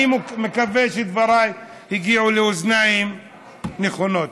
אני מקווה שדבריי הגיעו לאוזניים נכונות.